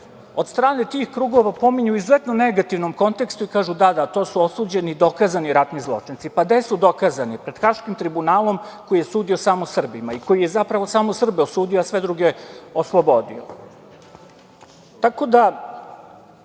od strane tih krugova pominju u izuzetno negativnom kontekstu, i kažu da, da, to su osuđeni dokazani ratni zločinci. Pa, gde su dokazani? Pred Haškim tribunalom, koji je sudio samo Srbima i koji je zapravo samo Srbe osudio, a sve druge oslobodio. Tako da,